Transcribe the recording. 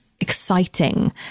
exciting